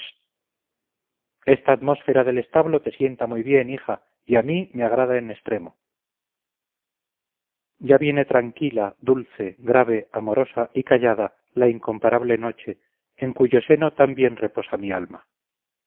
esta atmósfera del establo te sienta muy bien hija y a mí me agrada en extremo ya viene tranquila dulce grave amorosa y callada la incomparable noche en cuyo seno tan bien reposa mi alma